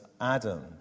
Adam